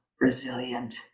resilient